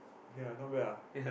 okay lah not bad lah